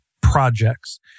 projects